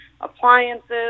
appliances